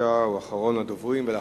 אחרון הדוברים, בבקשה.